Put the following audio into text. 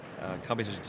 companies